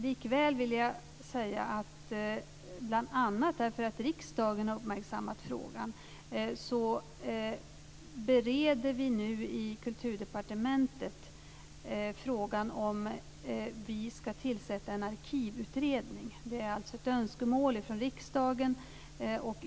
Likväl vill jag säga, bl.a. därför att riksdagen har uppmärksammat frågan, att vi i Kulturdepartementet nu bereder frågan om vi skall tillsätta en arkivutredning. Det är alltså ett önskemål från riksdagen.